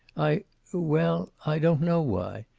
i well, i don't know why.